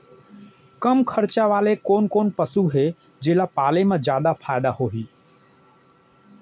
कम खरचा वाले कोन कोन पसु हे जेला पाले म जादा फायदा होही?